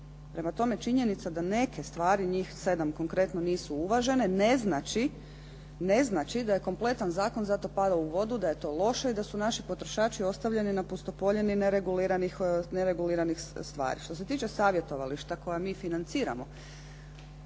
Prema tome, činjenica da neke stvari, njih sedam konkretno nisu uvažene ne znači, ne znači da je kompletan zakon zato pada u vodu, da je to loše i da su naši potrošači ostavljeni na pustopoljini nereguliranih stvari. Što se tiče savjetovališta koja mi financiramo